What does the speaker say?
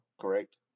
correct